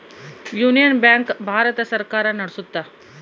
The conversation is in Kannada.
ಯೂನಿಯನ್ ಬ್ಯಾಂಕ್ ಭಾರತ ಸರ್ಕಾರ ನಡ್ಸುತ್ತ